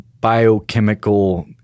biochemical –